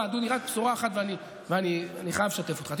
אדוני, רק בשורה אחת, אני חייב לשתף אותך.